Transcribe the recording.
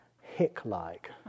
hick-like